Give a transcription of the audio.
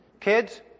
Kids